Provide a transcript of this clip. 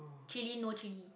chilli no chilli